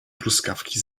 truskawki